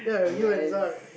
yes